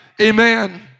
Amen